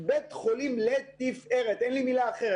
בית חולים לתפארת, אין לי מילה אחרת.